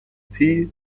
tea